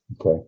Okay